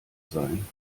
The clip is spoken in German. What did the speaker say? sein